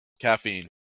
caffeine